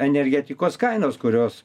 energetikos kainoms kurios